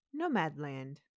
Nomadland